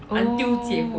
!ow!